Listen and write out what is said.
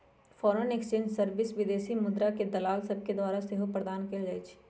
foreign exchange service विदेशी मुद्राके दलाल सभके द्वारा सेहो प्रदान कएल जाइ छइ